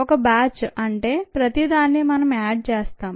ఒక బ్యాచ్ అంటే ప్రతి దాన్ని మనం యాడ్ చేస్తాం